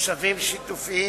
מושבים שיתופיים,